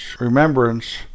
remembrance